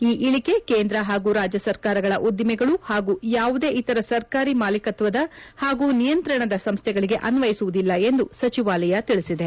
ಈ ಇಳಿಕೆ ಕೇಂದ್ರ ಹಾಗೂ ರಾಜ್ಯ ಸರ್ಕಾರಗಳ ಉದ್ದಿಮೆಗಳು ಹಾಗೂ ಯಾವುದೇ ಇತರ ಸರ್ಕಾರಿ ಮಾಲಿಕತ್ವದ ಹಾಗೂ ನಿಯಂತ್ರಣದ ಸಂಸ್ಥೆಗಳಿಗೆ ಅನ್ವಯಿಸುವುದಿಲ್ಲ ಎಂದು ಸಚಿವಾಲಯ ತಿಳಿಸಿದೆ